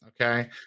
Okay